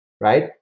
right